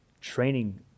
training